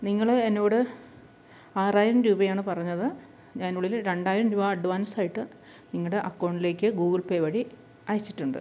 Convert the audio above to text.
നിങ്ങൾ എന്നോട് ആറായിരം രൂപയാണ് പറഞ്ഞത് ഞാൻ ഉള്ളിൽ രണ്ടായിരം രൂപ അഡ്വാൻസായിട്ട് നിങ്ങളുടെ അക്കൗണ്ടിലേക്ക് ഗൂഗിൾ പേ വഴി അയച്ചിട്ടുണ്ട്